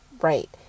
right